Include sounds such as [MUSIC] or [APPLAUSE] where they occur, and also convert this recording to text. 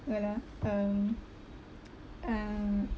wait ah um [NOISE] um